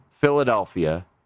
Philadelphia